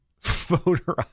voter